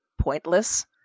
pointless